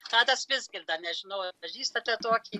tadas vizgirda nežinau ar pažįstate tokį